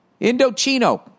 Indochino